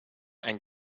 and